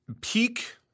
peak